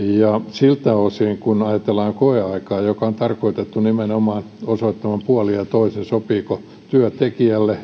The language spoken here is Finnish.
siltä osin kuin ajatellaan koeaikaa joka on tarkoitettu nimenomaan osoittamaan puolin ja toisin sopiiko työ tekijälle